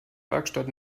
werkstatt